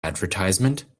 advertisement